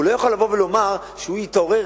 הוא לא יכול לבוא ולומר שהוא יתעורר